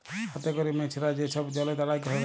হাতে ক্যরে মেছরা যে ছব জলে দাঁড়ায় ধ্যরে